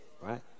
Right